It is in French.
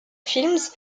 films